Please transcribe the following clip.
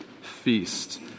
feast